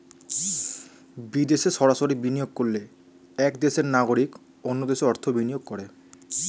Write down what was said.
বিদেশে সরাসরি বিনিয়োগ করলে এক দেশের নাগরিক অন্য দেশে অর্থ বিনিয়োগ করে